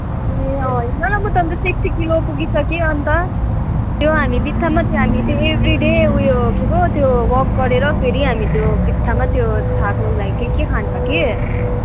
ए अँ हेरन म त अन्त सिक्स्टी किलो पुगिसकेँ अन्त त्यो हामी बित्थामा त्यो हामी एभ्री डे उयो के पो त्यो वाक गरेर फेरि हामी त्यो बित्थामा त्यो थाक्नुको लागि के के खान्छ कि